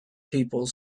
people